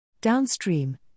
Downstream